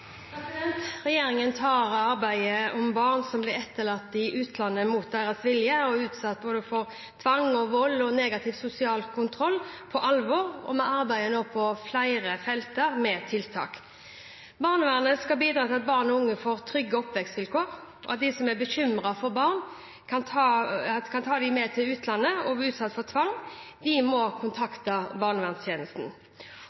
tar arbeidet om barn som blir etterlatt i utlandet mot sin vilje og utsatt for tvang, vold eller negativ sosial kontroll, på alvor. Vi arbeider nå på flere felt med tiltak. Barnevernet skal bidra til at barn og unge får trygge oppvekstvilkår, og de som er bekymret for at et barn kan bli tatt med til utlandet og utsatt for tvang, må